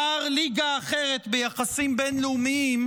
מר ליגה אחרת ביחסים בין-לאומיים,